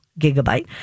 gigabyte